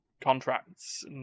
contracts